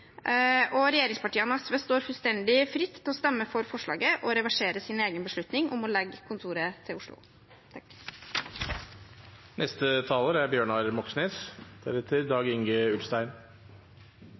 og regjeringspartiene og SV står fullstendig fritt til å stemme for forslaget og reversere sin egen beslutning når det gjelder å legge kontoret til Oslo.